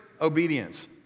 obedience